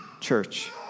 church